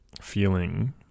feeling